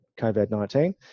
COVID-19